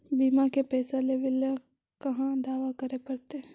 बिमा के पैसा लेबे ल कहा दावा करे पड़तै?